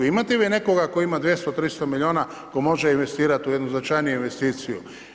Imate vi nekoga tko ima 200, 300 milijuna tko može investirati u jednu značajniju investiciju.